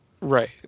Right